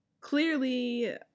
clearly